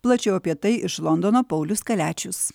plačiau apie tai iš londono paulius kaliačius